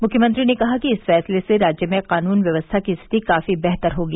मुख्यमंत्री ने कहा कि इस फैसले से राज्य में कानून व्यवस्था की स्थिति काफी बेहतर होगी